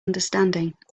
understanding